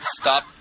Stop